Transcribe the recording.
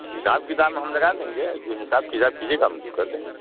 हिसाब किताब में हम लगा देंगे जो हिसाब किताब कीजिएगा हम कर देंगे